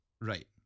Right